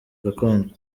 gakondo